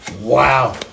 Wow